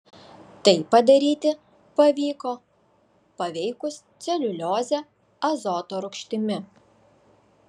tai padaryti pavyko paveikus celiuliozę azoto rūgštimi